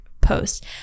post